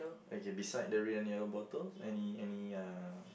okay beside the red and yellow bottles any any uh